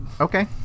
okay